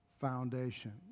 foundation